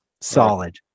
solid